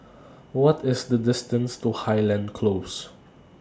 What IS The distance to Highland Close